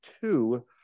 two